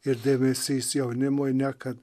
ir dėmesys jaunimui ne kad